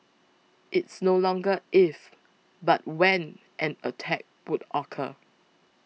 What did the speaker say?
it's no longer if but when an attack would occur